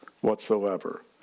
whatsoever